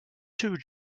two